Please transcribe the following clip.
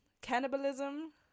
cannibalism